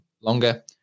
longer